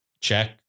check